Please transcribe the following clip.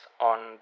on